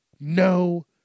No